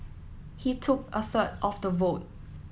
he took a third of the vote